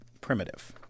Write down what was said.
primitive